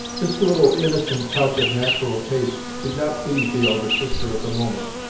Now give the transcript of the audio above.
this little innocent touch of natural taste did not please the elder sister at the moment,